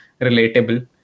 relatable